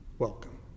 Welcome